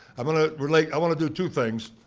i'm gonna relate, i wanna do two things.